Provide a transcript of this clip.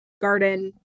garden